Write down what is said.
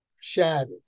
shattered